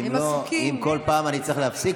אם כל פעם אני אצטרך להפסיק,